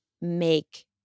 make